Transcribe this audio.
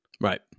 right